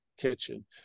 kitchen